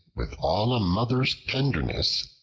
with all a mother's tenderness,